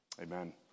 Amen